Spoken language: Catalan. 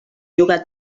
jugar